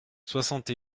soixante